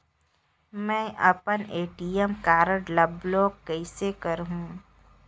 मै अपन ATM card ल ब्लाक कइसे करहूं?